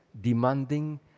demanding